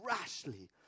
rashly